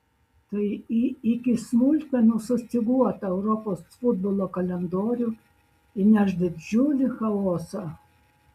tai į iki smulkmenų sustyguotą europos futbolo kalendorių įneš didžiulį chaosą